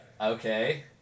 okay